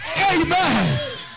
Amen